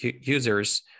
users